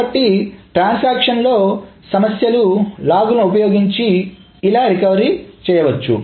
కాబట్టి ట్రాన్సాక్షన్లో సమస్యలు లాగ్ లను ఉపయోగించి ఇలా రికవర్ చేయవచ్చు